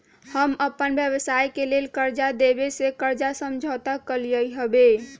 हम अप्पन व्यवसाय के लेल कर्जा देबे से कर्जा समझौता कलियइ हबे